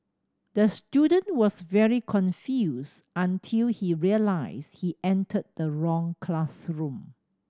the student was very confused until he realised he entered the wrong classroom